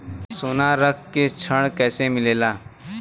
सोना रख के ऋण कैसे मिलेला?